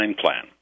plan